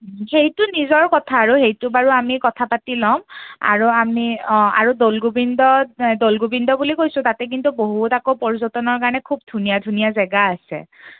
সেইটো নিজৰ কথা আৰু সেইটো বাৰু আমি কথা পাতি ল'ম আৰু আমি অঁ আৰু দৌল গোবিন্দত দৌল গোবিন্দ বুলি কৈছোঁ তাতে কিন্তু বহুত আকৌ পৰ্যটনৰ কাৰণে খুব ধুনীয়া ধুনীয়া জেগা আছে